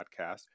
podcast